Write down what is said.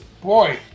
boy